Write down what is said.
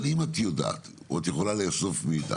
אבל אם את יודעת או את יכולה לאסוף מידע